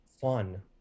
Fun